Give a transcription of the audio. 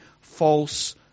false